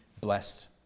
blessed